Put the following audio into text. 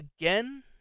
again